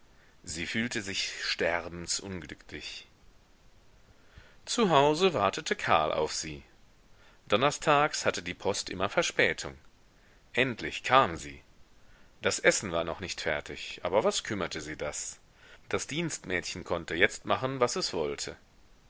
sie fühlte sich sterbensunglücklich zu hause wartete karl auf sie donnerstags hatte die post immer verspätung endlich kam sie das essen war noch nicht fertig aber was kümmerte sie das das dienstmädchen konnte jetzt machen was es wollte